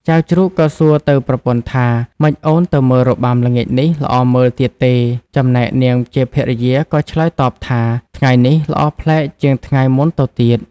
ចៅជ្រូកក៏សួរទៅប្រពន្ធថា ម៉េចអូនទៅមើលរបាំល្ងាចនេះល្អមើលទៀតទេ? ចំណែកនាងជាភរិយាក៏ឆ្លើយតបថា ថ្ងៃនេះល្អប្លែកជាងថ្ងៃមុនទៅទៀត។